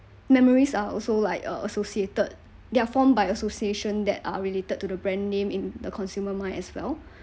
memories are also like uh associated there are formed by association that are related to the brand name in the consumer mind as well